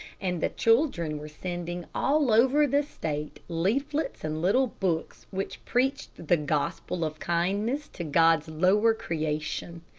and the children were sending all over the state leaflets and little books which preached the gospel of kindness to god's lower creation.